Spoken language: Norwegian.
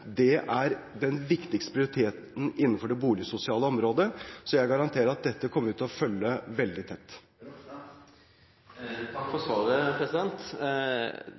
er den viktigste prioriteten innenfor det boligsosiale området. Jeg garanterer at dette kommer vi til å følge veldig tett. Takk for svaret.